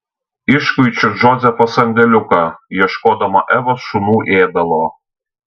iškuičiu džozefo sandėliuką ieškodama evos šunų ėdalo